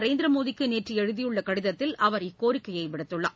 நரேந்திர மோடிக்கு நேற்று எழுதியுள்ள கடிதத்தில் அவர் இக்கோரிக்கையை விடுத்துள்ளார்